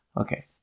Okay